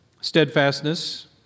Steadfastness